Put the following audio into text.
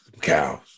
Cows